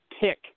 pick